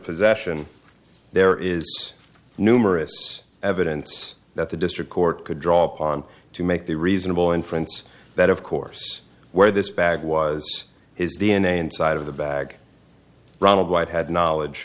possession there is numerous evidence that the district court could draw upon to make the reasonable inference that of course where this bag was his d n a inside of the bag ronald white had knowledge